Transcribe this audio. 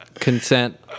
consent